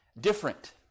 different